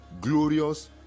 glorious